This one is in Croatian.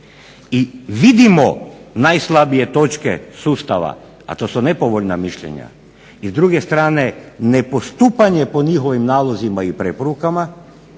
i vidimo najslabije točke sustave, a to su nepovoljna mišljenja, i s druge strane nepostupanje po njihovim nalozima i preporukama